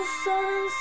sun